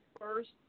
first